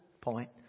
point